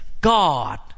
God